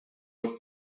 are